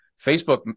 Facebook